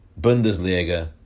Bundesliga